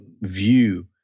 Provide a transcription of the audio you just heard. view